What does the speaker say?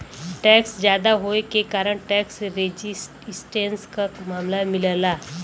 tax जादा होये के कारण टैक्स रेजिस्टेंस क मामला मिलला